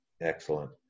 Excellent